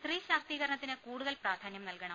സ്ത്രീ ശാക്തീകരണത്തിന് കൂടുതൽ പ്രാധാന്യം നൽകണം